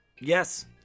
yes